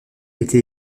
était